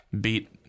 beat